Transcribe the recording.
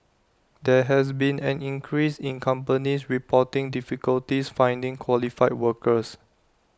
there has been an increase in companies reporting difficulties finding qualified workers